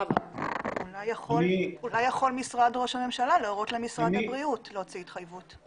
אולי יכול משרד ראש הממשלה להורות למשרד הבריאות להוציא התחייבות?